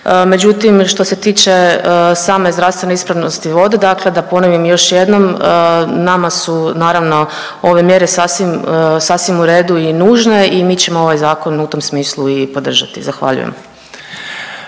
Međutim, što se tiče same zdravstvene ispravnosti vode, dakle da ponovim još jednom nama su naravno ove mjere sasvim u redu i nužne i mi ćemo ovaj zakon u tom smislu i podržati. Zahvaljujem.